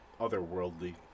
Otherworldly